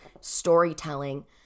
storytelling